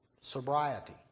sobriety